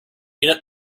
mean